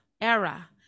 era